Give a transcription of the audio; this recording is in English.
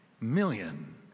million